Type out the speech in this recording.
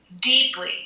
deeply